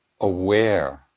aware